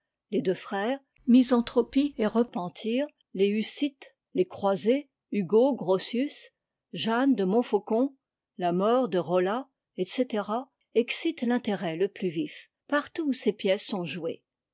les deux ft'erm amarn m'ome et repeiitir les mmmm les croisés hugo grotius jeanne de o n mcom la or de rolla etc excitent l'intérêt le plus vif partout où ces pièces sont jouées